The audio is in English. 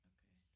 Okay